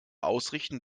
ausrichten